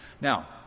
Now